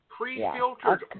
Pre-filtered